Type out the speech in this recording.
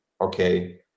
okay